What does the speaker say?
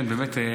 כן, באמת.